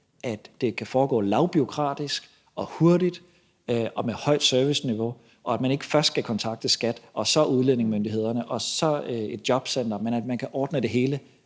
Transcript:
at det kan foregå lavbureaukratisk, hurtigt og med et højt serviceniveau, og at man ikke først skal kontakte skattevæsenet, så udlændingemyndighederne og så et jobcenter, men at man kan ordne det hele